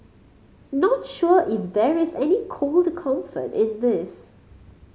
not sure if there is any cold comfort in this